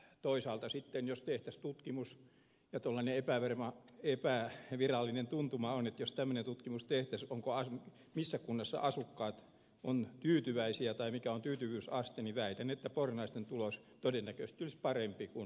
toisaalta sitten jos petostutkimus ja tulen mutta tuollainen epävirallinen tuntuma on että jos semmoinen tutkimus tehtäisiin että missä kunnassa asukkaat ovat tyytyväisiä tai mikä on tyytyväisyysaste niin väitän että pornaisten tulos todennäköisesti olisi parempi kuin helsingin